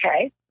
okay